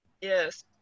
yes